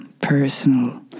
personal